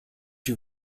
you